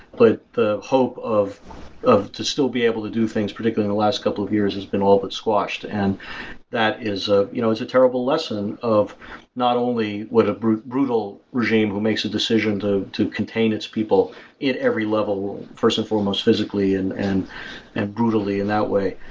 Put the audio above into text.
but the hope of of to still be able to do things predictably in the last couple of years has been all but squashed and that is ah you know a terrible lesson of not only what a brutal brutal regime who makes a decision to to contain its people in every level, first and foremost, physically and and and brutally in that way.